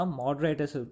moderators